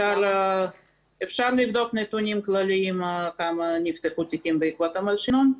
אפשר לבדוק נתונים כלליים כמה תיקים נפתחו בעקבות המלשינון,